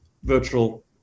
virtual